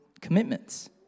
commitments